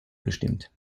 bestimmt